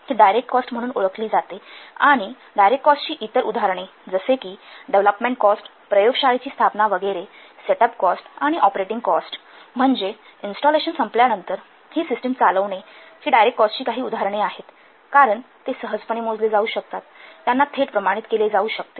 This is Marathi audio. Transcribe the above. हि डायरेक्ट कॉस्ट म्हणून ओळखली जातात आणि डायरेक्ट कॉस्टची इतर उदाहरणे जसे की डेव्हलपमेंट कॉस्ट प्रयोगशाळेची स्थापना वगैरे सेटअप कॉस्ट आणि ऑपरेटिंग कॉस्ट म्हणजे इंस्टॉलेशन संपल्यानंतर ही सिस्टिम चालवणे ही डायरेक्ट कॉस्टची काही उदाहरणे आहेत कारण ते सहजपणे मोजले जाऊ शकतात त्यांना थेट प्रमाणित केले जाऊ शकते